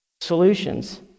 solutions